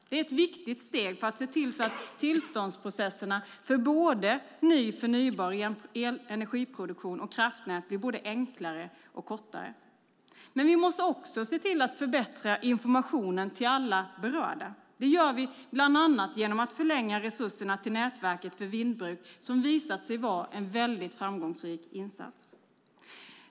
Det är ett viktigt steg för att se till att tillståndsprocesserna för både ny förnybar energiproduktion och kraftnät blir både enklare och kortare. Vi måste också se till att förbättra informationen till alla berörda. Det gör vi bland annat genom att förlänga resurserna till Nätverket för vindbruk, som visat sig vara en väldigt framgångsrik insats.